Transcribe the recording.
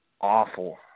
Awful